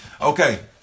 Okay